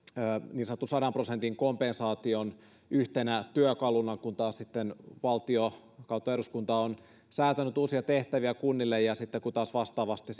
niin sanotun sadan prosentin kompensaation yhtenä työkaluna kun valtio eduskunta on säätänyt uusia tehtäviä kunnille ja sitten kun taas vastaavasti